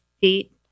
feet